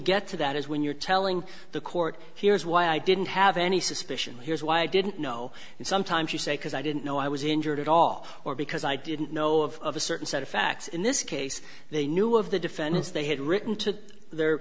get to that is when you're telling the court here's why i didn't have any suspicion here's why i didn't know and sometimes you say because i didn't know i was injured at all or because i didn't know of a certain set of facts in this case they knew of the defendants they had written to their